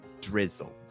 drizzle